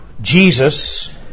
Jesus